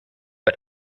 but